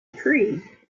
pere